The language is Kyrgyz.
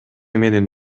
менин